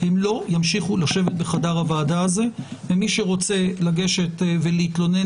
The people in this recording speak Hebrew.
הם לא ימשיכו לשבת בחדר הוועדה הזה ומי שרוצה לגשת ולהתלונן